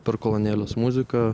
per kolonėles muziką